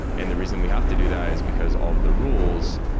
and the reason we have to do that is because of the rules.